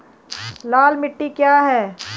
लाल मिट्टी क्या है?